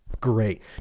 Great